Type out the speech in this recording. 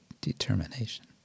determination